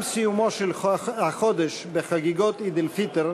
גם סיומו של החודש, בחגיגות עיד אל-פיטר,